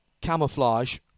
camouflage